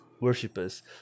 worshippers